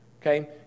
okay